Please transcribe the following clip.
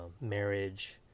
marriage